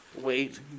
Wait